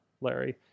larry